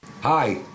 Hi